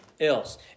else